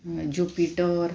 jupiter